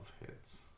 hits